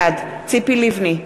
בעד ציפי לבני,